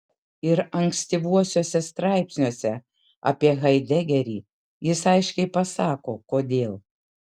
ir ankstyvuosiuose straipsniuose apie haidegerį jis aiškiai pasako kodėl